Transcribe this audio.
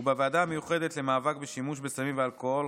בוועדה המיוחדת למאבק בשימוש בסמים ובאלכוהול,